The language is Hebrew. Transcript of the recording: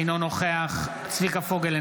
אינו נוכח צביקה פוגל,